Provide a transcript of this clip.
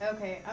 Okay